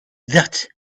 that